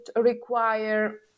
require